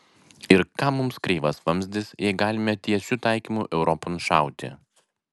ir kam mums kreivas vamzdis jei galime tiesiu taikymu europon šauti